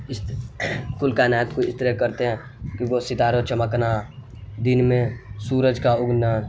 اس طی کل کائنات کو اس طرح کرتے ہیں کہ وہ ستارہ چمکنا دن میں سورج کا اگنا